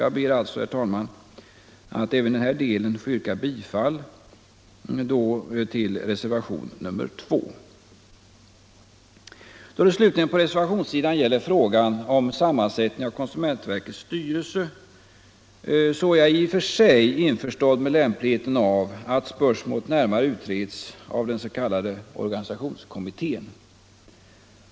Jag ber alltså, herr talman, att i denna del få yrka bifall till reservationen 2 Då det slutligen på reservationssidan gäller frågan om sammansättningen av konsumentverkets styrelse kan jag i och för sig inse lämpligheten av att spörsmålet närmare utreds av den s.k. organisationskommittén.